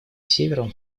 севером